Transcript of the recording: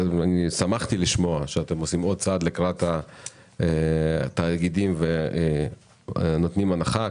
שמחתי לשמוע שאתם עושים עוד צעד לקראת התאגידים ונותנים הנחה.